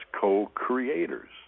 co-creators